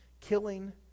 killing